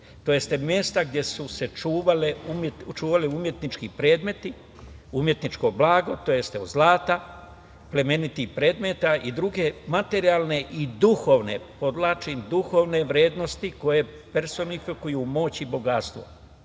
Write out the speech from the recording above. tj. mesta gde su se čuvali umetnički predmeti, umetničko blago, tj. od zlata, plemenitih predmeta i druge materijalne i duhovne, podvlačim duhovne, vrednosti koje personifikuju moć i bogatstvo. Upravo